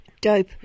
dope